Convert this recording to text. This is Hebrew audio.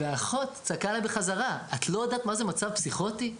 והאחות צעקה עליה בחזרה "את לא יודעת מה זה מצב פסיכוטי?".